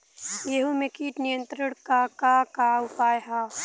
गेहूँ में कीट नियंत्रण क का का उपाय ह?